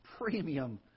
premium